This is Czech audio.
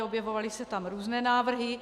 Objevovaly se tam různé návrhy.